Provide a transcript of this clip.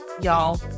Y'all